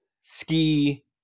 ski